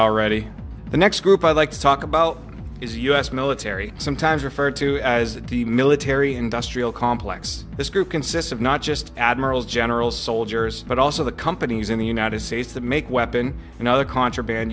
already the next group i'd like to talk about is us military sometimes referred to as the military industrial complex this group consists of not just admirals generals soldiers but also the companies in the united states that make weapon and other contraband